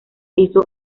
piso